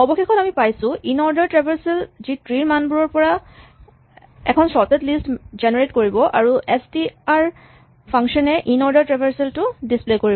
অৱশেষত আমি পাইছো ইনঅৰ্ডাৰ ট্ৰেভাৰছেল যি ট্ৰী ৰ মানবোৰৰ পৰা এখন চৰ্টেড লিষ্ট জেনেৰেট কৰিব আৰু এচ টি আৰ ফাংচন এ ইনঅৰ্ডাৰ ট্ৰেভাৰছেল টো ডিচপ্লে কৰিব